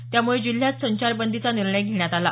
यामुळे जिल्ह्यात संचारबंदीचा निर्णय घेण्यात आला